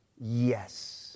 Yes